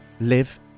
live